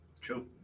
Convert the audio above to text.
True